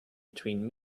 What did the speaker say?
between